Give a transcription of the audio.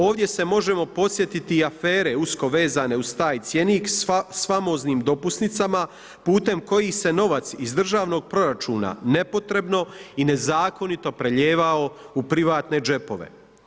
Ovdje se možemo podsjetiti i afere usko vezane uz taj cjenik s famoznim dopusnicama putem kojih se novac iz državnog proračuna nepotrebno i nezakonito prelijevao u privatne džepove.